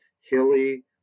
hilly